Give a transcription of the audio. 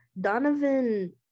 donovan